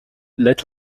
let